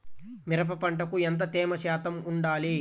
మిరప పంటకు ఎంత తేమ శాతం వుండాలి?